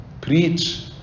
preach